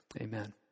Amen